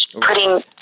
putting